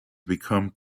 become